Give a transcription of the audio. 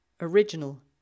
original